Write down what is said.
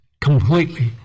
completely